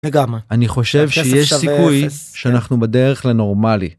וגם, אני חושב שיש סיכוי שאנחנו בדרך לנורמלי.